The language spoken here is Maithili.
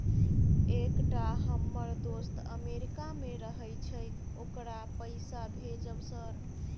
एकटा हम्मर दोस्त अमेरिका मे रहैय छै ओकरा पैसा भेजब सर?